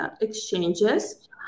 exchanges